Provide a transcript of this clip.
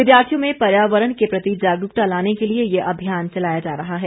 विद्यार्थियों में पर्यावरण के प्रति जागरूकता लाने के लिए ये अभियान चलाया जा रहा है